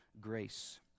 grace